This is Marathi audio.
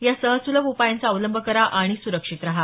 या सहज सुलभ उपायांचा अवलंब करा आणि सुरक्षित रहा